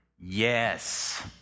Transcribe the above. Yes